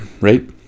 right